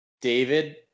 David